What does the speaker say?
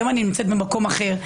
היום אני במקום אחר.